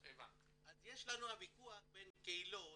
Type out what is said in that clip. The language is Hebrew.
אז יש לנו הוויכוח בין קהילות